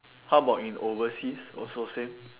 how about in overseas also same